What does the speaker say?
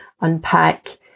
unpack